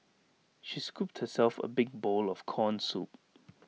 she scooped herself A big bowl of Corn Soup